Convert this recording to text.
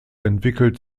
entwickelt